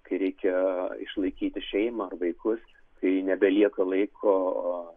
kai reikia išlaikyti šeimą ar vaikus kai nebelieka laiko